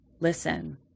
Listen